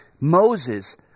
Moses